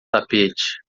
tapete